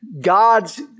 God's